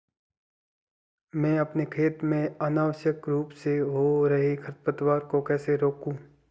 मैं अपने खेत में अनावश्यक रूप से हो रहे खरपतवार को कैसे रोकूं?